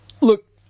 Look